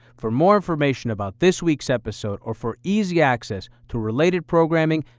for more information about this week's episode, or for easy access to related programming,